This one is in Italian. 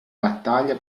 battaglia